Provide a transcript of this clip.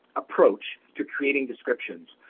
approach to creating descriptions.